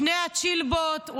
שתי הצ'ילבות,